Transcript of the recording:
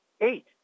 Eight